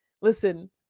listen